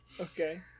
okay